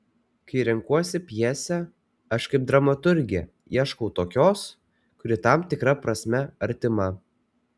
kai renkuosi pjesę aš kaip dramaturgė ieškau tokios kuri tam tikra prasme artima